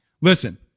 listen